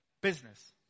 Business